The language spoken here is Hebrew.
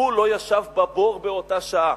הוא לא ישב בבור באותה שעה.